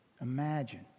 Imagine